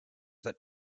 that